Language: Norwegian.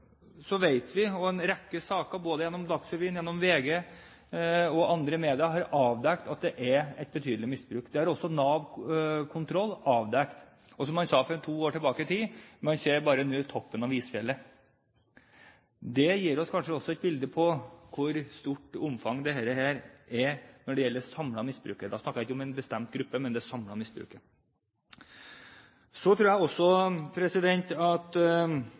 så er det alltid slik at man bør se på om de velferdsordningene vi har, fungerer optimalt i forhold til det som var intensjonen, eller om de stimulerer til misbruk. I en rekke saker både i Dagsrevyen, i VG og i andre medier er det avdekket at det er et betydelig misbruk. Det har også Nav kontroll avdekket. Og som man sa for ca. to år siden: Man ser nå bare toppen av isfjellet. Det gir oss kanskje et bilde på hvor stort omfanget er når det gjelder det samlede misbruket. Da snakker jeg ikke